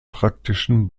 praktischen